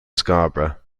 scarborough